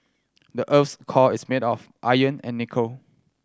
the earth's core is made of iron and nickel